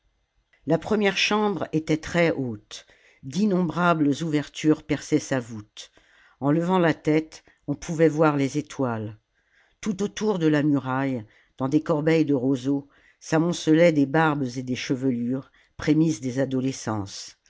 la première chambre était très haute d'innombrables ouvertures perçaient sa voûte en levant la tête on pouvait voir les étoiles tout autour de la muraille dans des corbeilles de roseau s'amoncelaient des barbes et des chevelures prémices des salammbô adolescences